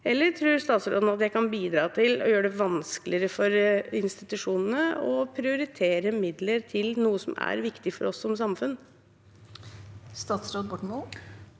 eller tror han det kan bidra til å gjøre det vanskeligere for institusjonene å prioritere midler til noe som er viktig for oss som samfunn? Statsråd Ola Borten